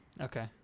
Okay